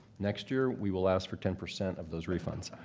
next year we will ask for ten percent of those refunds.